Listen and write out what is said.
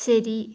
ശരി